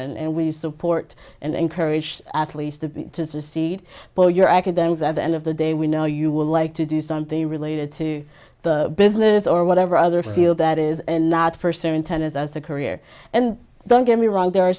poor and we support and encourage the athletes to be just a seed per year academics at the end of the day we know you would like to do something related to the business or whatever other field that is not for certain tennis as a career and don't get me wrong there are